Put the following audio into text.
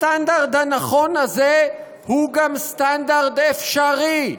הסטנדרט הנכון הזה הוא גם סטנדרט אפשרי.